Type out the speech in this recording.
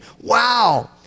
Wow